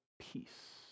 Peace